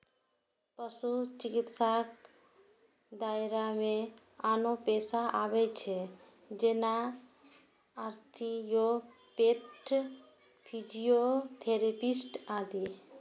पशु चिकित्साक दायरा मे आनो पेशा आबै छै, जेना आस्टियोपैथ, फिजियोथेरेपिस्ट आदि